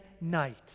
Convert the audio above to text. night